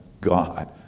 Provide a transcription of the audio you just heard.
God